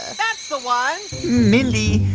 that's the one mindy,